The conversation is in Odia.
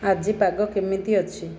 ଆଜି ପାଗ କେମିତି ଅଛି